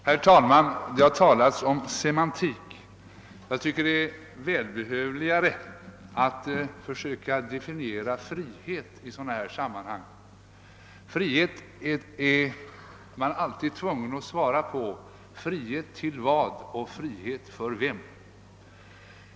Herr talman! Det har talats om semantik. Jag tycker det är välbehövligare att försöka definiera begreppet frihet i sådana här sammanhang. Man är alltid tvungen att svara på frågan: Frihet till vad och frihet för vem?